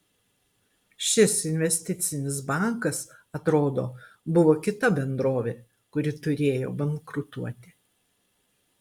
šis investicinis bankas atrodo buvo kita bendrovė kuri turėjo bankrutuoti